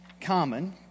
common